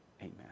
amen